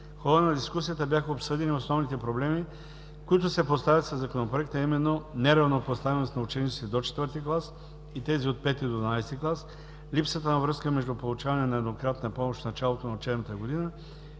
хода на дискусията бяха обсъдени основните проблеми, които се поставят със Законопроекта, а именно: – неравнопоставеност на учениците до IV-ти клас и тези от V-ти до XII-ти клас; – липсата на връзка между получаване на еднократната помощ в началото на учебната година